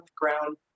ground